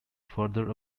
further